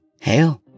Hell